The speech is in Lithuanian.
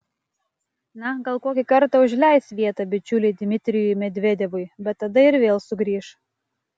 na gal kokį kartą užleis vietą bičiuliui dmitrijui medvedevui bet tada ir vėl sugrįš